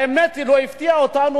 האמת, הוא לא הפתיע אותנו.